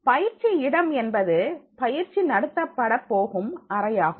பயிற்சி இடம் என்பது பயிற்சி நடத்தப்பட போகும் அறையாகும்